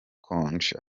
konji